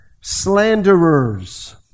slanderers